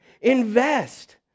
invest